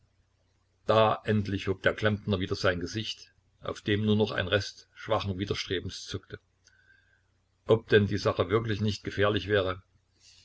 da endlich hob der klempner wieder sein gesicht auf dem nur noch ein rest schwachen widerstrebens zuckte ob denn die sache wirklich nicht gefährlich wäre